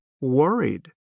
worried